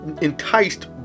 enticed